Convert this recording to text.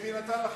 וביבי נתן לכם.